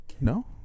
No